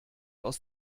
aus